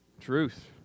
truth